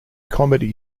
comedy